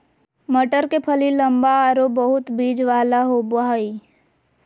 मटर के फली लम्बा आरो बहुत बिज वाला होबा हइ